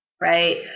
right